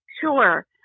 Sure